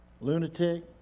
Lunatic